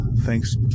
Thanks